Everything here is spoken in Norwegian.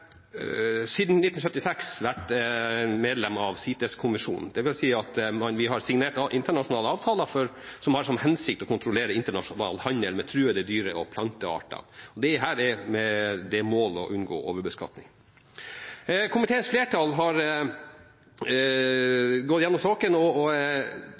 siden 1976 vært medlem av CITES-konvensjonen, dvs. at vi har signert internasjonale avtaler som har som hensikt å kontrollere internasjonal handel med truede dyre- og plantearter med det mål å unngå overbeskatning. Komiteens flertall har gått gjennom saken og